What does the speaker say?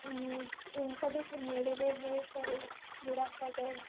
ਸਾਡੇ ਨੇੜੇ ਦੇ ਬਹੁਤ ਸਾਰੇ ਬੁਢਾਪਾ ਘਰ